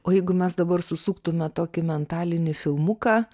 o jeigu mes dabar susuktume tokį mentalinį filmuką